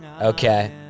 Okay